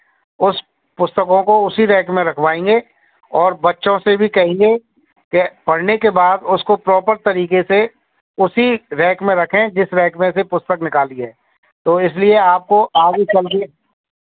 उस पुस्तकों को उसी रैक में रखवाएँगे और बच्चों से भी कहेंगे कि पढ़ने के बाद उसको प्रॉपर तरीके से उसी रैक में रखें जिस रैक में से पुस्तक निकाली है तो इसलिए आपको आगे चल के